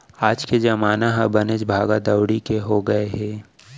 आज के जमाना ह बनेच भागा दउड़ी के हो गए हे